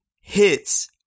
hits